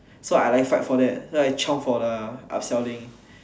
so I like fight for that so I chiong for the upselling